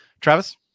Travis